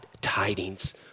tidings